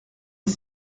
des